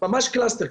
ממש קלסתר,